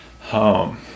home